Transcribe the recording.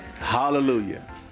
Hallelujah